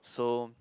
so